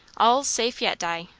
all's safe yet, di.